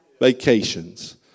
vacations